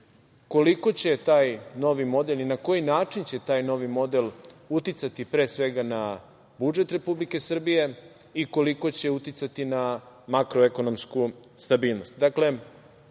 koliko će taj novi model i na koji način će taj novi model uticati, pre svega na budžet Republike Srbije i koliko će uticati na makroekonomsku stabilnost. Dakle,